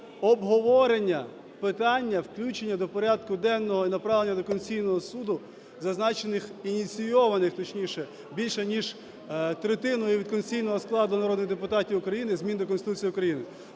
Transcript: обговорення питання включення до порядку денного і направлення до Конституційного Суду зазначених, ініційованих, точніше більше ніж третиною від конституційного складу народних депутатів України змін до Конституції України.